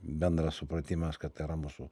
bendras supratimas kad tai yra mūsų